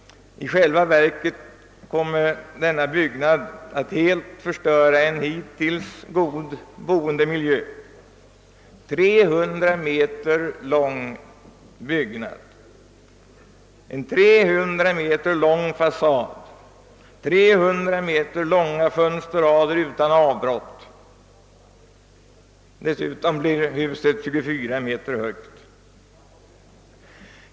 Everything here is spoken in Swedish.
I själva verket kommer denna byggnad att helt förstöra en hittills god boendemiljö: En 300 m lång byggnad, en 300 m lång fasad, 300 m långa fönsterrader utan avbrott. Dessutom blir huset 24 meter högt.